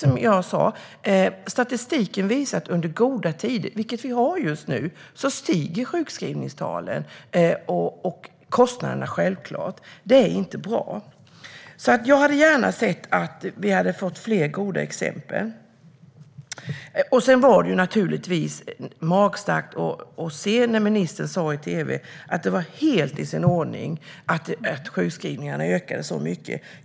Som jag sa visar statistiken att sjukskrivningstalen och kostnaderna stiger under goda tider, som vi har just nu. Det är inte bra. Jag hade gärna sett att vi hade fått fler goda exempel. Sedan var det naturligtvis magstarkt att ministern i tv sa att det var helt i sin ordning att sjukskrivningarna ökade så mycket.